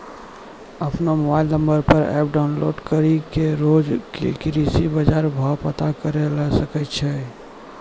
आपनो mobile number पर app download करी कॅ भी रोज के कृषि बाजार भाव पता करै ल सकै छो